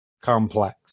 complex